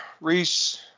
Reese